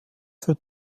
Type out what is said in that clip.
für